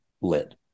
lit